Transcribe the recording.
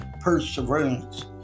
perseverance